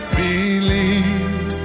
believe